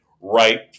right